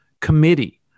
committee